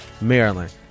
Maryland